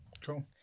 Cool